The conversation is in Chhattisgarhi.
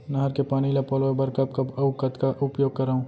नहर के पानी ल पलोय बर कब कब अऊ कतका उपयोग करंव?